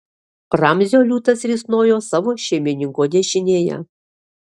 ramzio liūtas risnojo savo šeimininko dešinėje